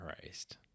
Christ